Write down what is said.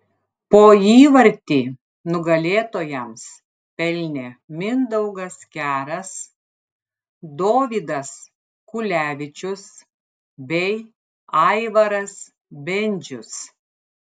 po įvartį nugalėtojams pelnė mindaugas keras dovydas kulevičius bei aivaras bendžius